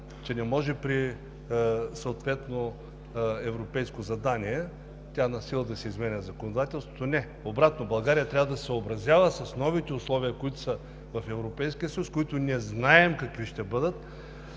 че не може при съответно европейско задание насила да си изменя законодателството. Не, обратно, България трябва да се съобразява с новите условия, които са в Европейския съюз и не знаем какви ще бъдат.